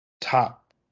top